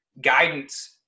guidance